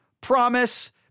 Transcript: promise